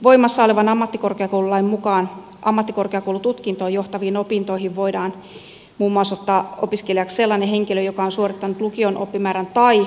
voimassa olevan ammattikorkeakoululain mukaan ammattikorkeakoulututkintoon johtaviin opintoihin voidaan muun muassa ottaa opiskelijaksi sellainen henkilö joka on suorittanut lukion oppimäärän tai ylioppilastutkinnon